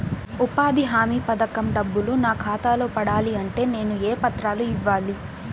ఉపాధి హామీ పథకం డబ్బులు నా ఖాతాలో పడాలి అంటే నేను ఏ పత్రాలు ఇవ్వాలి?